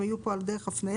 הם היו פה על דרך ההפניה.